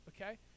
okay